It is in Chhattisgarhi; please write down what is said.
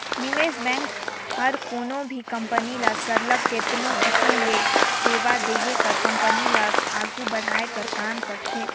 निवेस बेंक हर कोनो भी कंपनी ल सरलग केतनो किसिम ले सेवा देहे कर कंपनी ल आघु बढ़ाए कर काम करथे